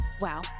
Wow